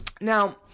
Now